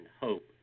hope